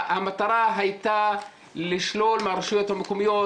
המטרה הייתה לשלול מהרשויות המקומיות,